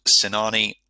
Sinani